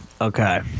Okay